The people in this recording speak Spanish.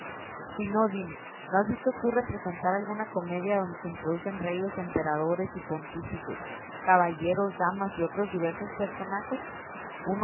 si no dime no has visto tú representar alguna comedia adonde se introducen reyes emperadores y pontífices caballeros damas y otros diversos personajes